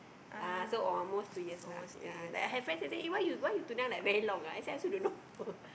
ah so almost two years lah ya then I have friends who say eh why you why you tunang like very long ah I say I also don't know